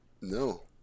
No